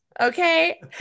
Okay